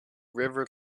river